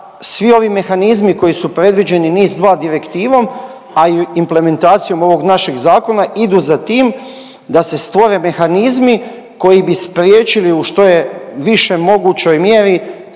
svi ovi mehanizmi koji su predviđeni NIS2 direktivom, a implementacijom ovog našeg zakona idu za tim da se stvore mehanizmi koji bi spriječili u što je više mogućoj mjeri